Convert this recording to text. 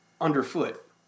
underfoot